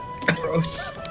Gross